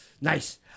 nice